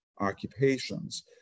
occupations